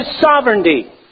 sovereignty